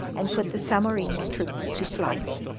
and put the zamorin's troops to flight.